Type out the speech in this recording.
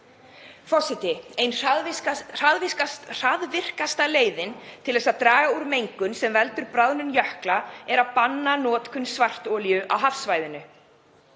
Forseti. Ein hraðvirkasta leiðin til að draga úr mengun sem veldur bráðnun jökla er að banna notkun svartolíu á hafsvæðinu.